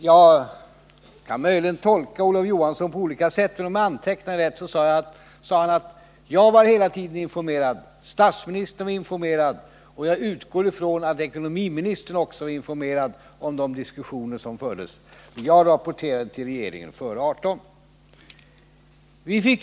Jag kan möjligen tolka Olof Johansson på olika sätt, men om jag antecknade rätt sade han: Jag var hela tiden informerad, statsministern var informerad, och jag utgår ifrån att ekonomiministern också var informerad om de diskussioner som fördes, och jag rapporterade till regeringen före kl. 18.00.